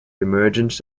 emergence